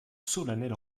solennelle